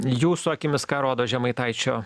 jūsų akimis ką rodo žemaitaičio